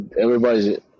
everybody's